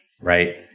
right